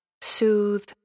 Soothe